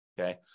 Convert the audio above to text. Okay